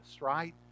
right